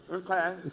okay.